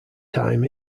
time